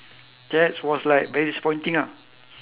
that's was like very disappointing ah